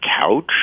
couch